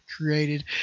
created